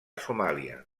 somàlia